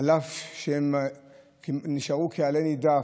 אף שהם נשארו כעלה נידף,